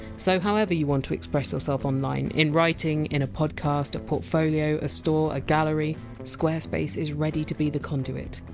so however you want to express yourself online in writing, in a podcast, a portfolio, a store, a gallery squarespace is ready to be the conduit.